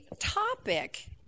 topic